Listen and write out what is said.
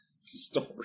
story